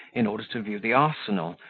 in order to view the arsenal,